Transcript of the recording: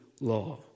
law